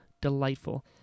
delightful